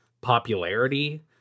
popularity